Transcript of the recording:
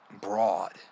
broad